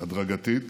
הדרגתית